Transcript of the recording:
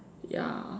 ya